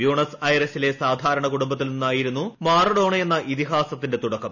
Buenos ഐറിസിലെ സാധാരണ കുടുംബത്തിൽ നിന്നായിരുന്നു മാറഡോണയെന്ന ഇതിഹാസത്തിന്റെ തുടക്കം